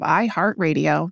iHeartRadio